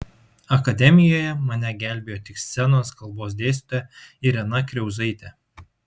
akademijoje mane gelbėjo tik scenos kalbos dėstytoja irena kriauzaitė